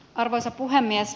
arvoisa puhemies